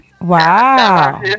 Wow